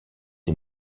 est